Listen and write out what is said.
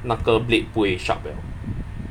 那个 blade 不会 sharp eh